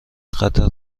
خطر